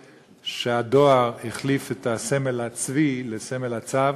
שהדואר החליף את סמל הצבי בסמל הצב.